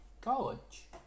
College